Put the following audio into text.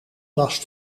was